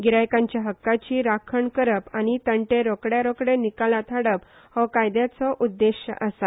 गिरायकांच्या हक्काची राखण करप आनी तंटे रोकड्यारोकडे निकालात काडप हो कायद्याचो उद्देश आसा